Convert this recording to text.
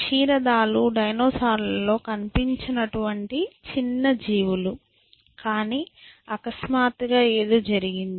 క్షీరదాలు డైనోసార్ల లో కనిపించనటువంటి చిన్న జీవులు కానీ అకస్మాత్తుగా ఏదో జరిగింది